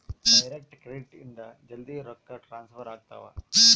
direct credit ಇಂದ ಜಲ್ದೀ ರೊಕ್ಕ ಟ್ರಾನ್ಸ್ಫರ್ ಆಗ್ತಾವ